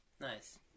Nice